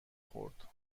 خورد